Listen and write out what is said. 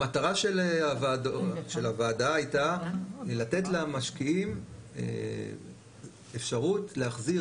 המטרה של הוועדה הייתה לתת למשקיעים אפשרות להחזיר